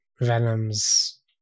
Venom's